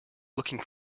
looking